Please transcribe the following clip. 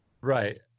Right